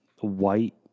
white